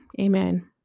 Amen